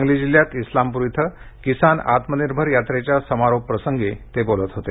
सांगली जिल्ह्यात इस्लामप्र इथं किसान आत्मनिर्भर यात्रेच्या समारोप प्रसंगी ते काल बोलत होते